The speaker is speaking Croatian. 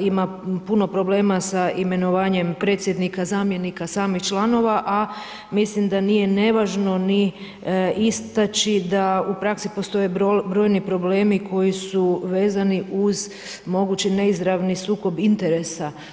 ima puno problema sa imenovanjem predsjednika, zamjenika, samih članova, a mislim da nije nevažno, ni istači, da u praksi postoje brojni problemi, koji su vezani uz mogući neizravni sukob interesa.